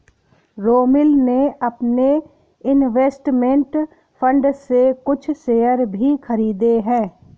रोमिल ने अपने investment fund से कुछ शेयर भी खरीदे है